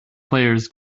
players